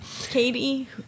Katie